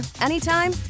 anytime